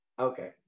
okay